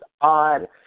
odd